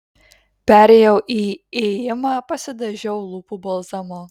perėjau į ėjimą pasidažiau lūpų balzamu